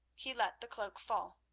he let the cloak fall.